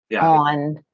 on